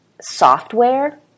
software